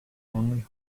only